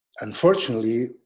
unfortunately